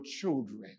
children